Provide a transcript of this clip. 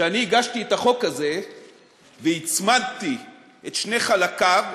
כשאני הגשתי את החוק הזה והצמדתי את שני חלקיו,